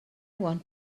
want